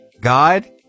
God